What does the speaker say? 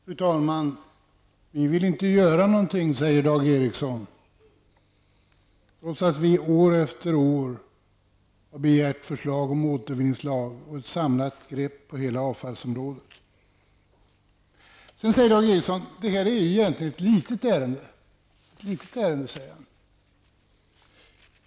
Fru talman! Vi vill inte göra någonting säger Dag Ericson trots att vi år efter år har begärt förslag om återvinningslag. Vi har begärt ett samlat grepp över hela avfallsområdet. Sedan säger Dag Ericson att det här egentligen är ett litet ärende.